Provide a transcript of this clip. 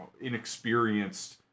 inexperienced